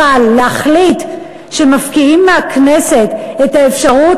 אבל להחליט שמפקיעים מהכנסת את האפשרות